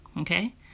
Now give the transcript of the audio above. okay